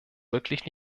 wirklich